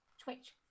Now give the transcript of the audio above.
twitch